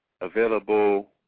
Available